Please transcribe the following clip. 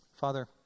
Father